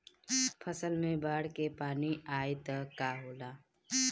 फसल मे बाढ़ के पानी आई त का होला?